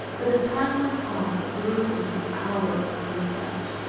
but as time went on it grew into hours of research.